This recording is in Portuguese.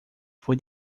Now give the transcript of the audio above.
foi